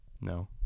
no